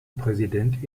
präsident